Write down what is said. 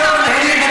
לא בבית הזה, גברתי.